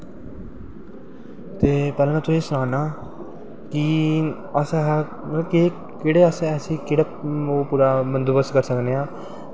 ते पैह्लैं में तुसेंगी सनानां कि मतलव कि केह्ड़े अस केह्ड़ा मतलव पूरा अस करी सकनें आं